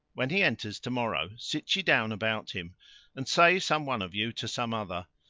when he enters to-morrow, sit ye down about him and say some one of you to some other,